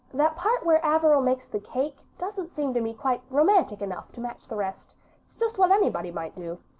that part where averil makes the cake doesn't seem to me quite romantic enough to match the rest. it's just what anybody might do.